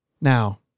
Now